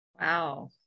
wow